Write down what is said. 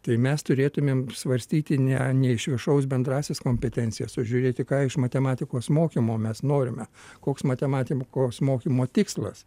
tai mes turėtumėm svarstyti ne ne iš viršaus bendrąsias kompetencijas o žiūrėti ką iš matematikos mokymo mes norime koks matematikos mokymo tikslas